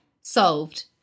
solved